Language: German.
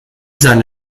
seine